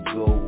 go